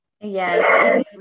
yes